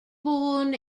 born